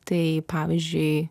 tai pavyzdžiui